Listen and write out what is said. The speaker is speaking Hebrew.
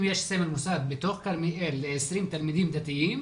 אם יש סמל מוסד בתוך כרמיאל ל-20 תלמידים דתיים,